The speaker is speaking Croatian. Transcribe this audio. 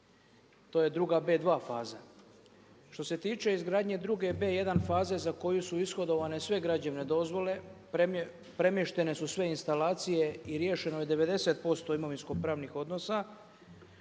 To je druga B2 faza. Što se tiče izgradnje druge B1 faze za koju su ishodovane sve građevne dozvole premještene su sve instalacije i riješeno je 90% imovinsko-pravnih odnosa.